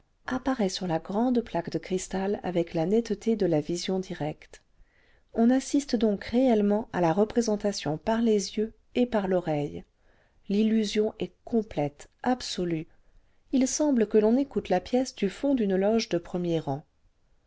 apparaît sur la grande plaque de cristal avec la netteté de la vision directe on assiste donc réellement à la représentation par les yeux et par l'oreille l'illusion est complète absolue il semble que l'on écoute la pièce du fond d'une loge de premier rang